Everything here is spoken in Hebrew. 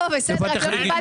לא קיבלתי תשובה לשאלה.